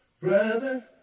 Brother